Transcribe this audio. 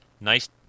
Nice